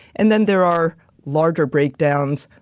and then there are larger breakdowns,